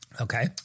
Okay